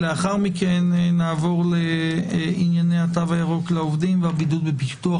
לאחר מכן נעבור לענייני התו הירוק לעובדים והבידוד בפיקוח